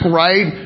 right